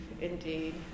indeed